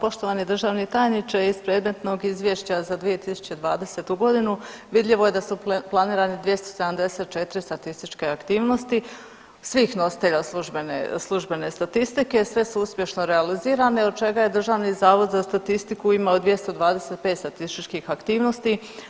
Poštovani državni tajniče iz predmetnog izvješća za 2020. godinu vidljivo je da su planirani 274 statističke aktivnosti svih nositelja službene statistike, sve su uspješno realizirane od čega je Državni zavod za statistiku imao 225 statističkih aktivnosti.